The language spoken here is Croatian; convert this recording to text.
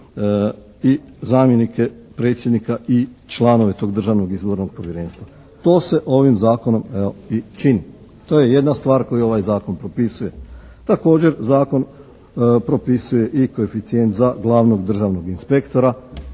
i zamjenike predsjednika i članove tog Državnog izbornog povjerenstva. To se ovi zakonom evo i čini. To je jedna stvar koju ovaj zakon propisuje. Također zakon propisuje i koeficijent za glavnog državnog inspektora